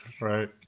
Right